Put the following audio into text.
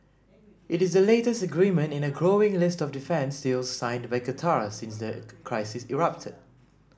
it is the latest agreement in a growing list of defence deals signed by Qatar since the crisis erupted